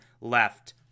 left